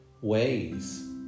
ways